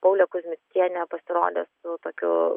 paulė kuzmickienė pasirodė su tokiu